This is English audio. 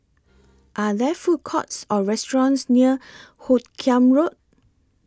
Are There Food Courts Or restaurants near Hoot Kiam Road